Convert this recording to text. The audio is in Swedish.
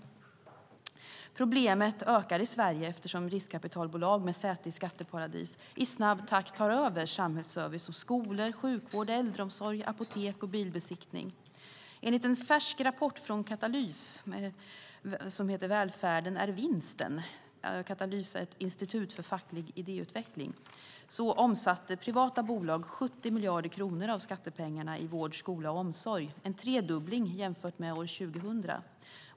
Problemet ökar i Sverige eftersom riskkapitalbolag med säte i skatteparadis i snabb takt tar över samhällsservice som skolor, sjukvård, äldreomsorg, apotek och bilbesiktning. Enligt en färsk rapport Välfärden är vinsten från Katalys, ett institut för facklig idéutveckling, omsatte privata bolag 70 miljarder kronor av skattepengarna i vård, skola och omsorg, en tredubbling jämfört med år 2000.